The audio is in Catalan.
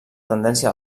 tendència